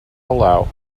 below